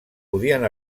podien